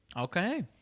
Okay